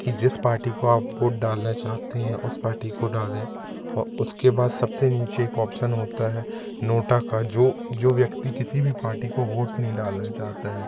कि जिस पार्टी को आप वोट डालना चाहते हैं उस पार्टी को डालें और उसके बाद सब से नीचे एक ऑप्शन होता है नोटा का जाे जो व्यक्ति किसी भी पार्टी को वोट नहीं डालना चाहता है